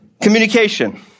Communication